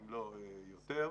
אולי יותר,